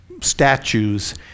statues